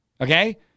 Okay